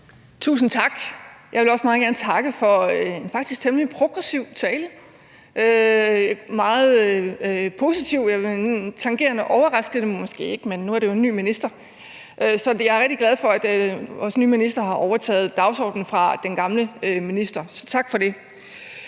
Tusind tak. Jeg vil også meget gerne takke for en faktisk temmelig progressiv tale – den var meget positiv, tangerende til at være overraskende, men måske alligevel ikke, da det jo er en ny minister. Så jeg er rigtig glad for, at vores nye minister har overtaget dagsordenen fra den gamle minister. Tak for det.